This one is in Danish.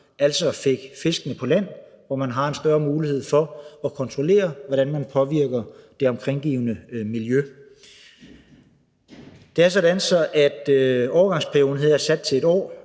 altså fik fiskene på land, hvor der er en større mulighed for at kontrollere, hvordan det påvirker det omkringliggende miljø. Det er sådan, at overgangsperioden her er sat til 1 år.